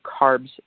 carbs